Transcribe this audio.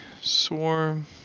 swarm